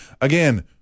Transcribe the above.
Again